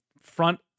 front